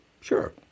Sure